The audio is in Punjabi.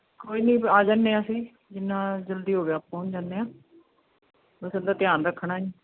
ਕੋਈ ਨਹੀਂ ਆ ਜਾਂਦੇ ਹਾਂ ਅਸੀਂ ਜਿੰਨਾ ਜਲਦੀ ਹੋ ਗਿਆ ਪਹੁੰਚ ਜਾਂਦੇ ਹਾਂ ਵੈਸੇ ਅਂਦਾ ਧਿਆਨ ਰੱਖਣਾ ਏ